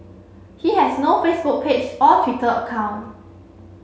he has no Facebook page or Twitter account